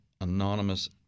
Anonymous